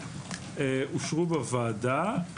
אושרו בוועדה.